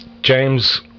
James